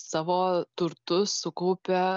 savo turtus sukaupė